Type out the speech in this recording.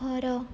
ଘର